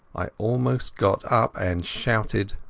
i almost got up and shouted.